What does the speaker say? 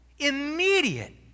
immediate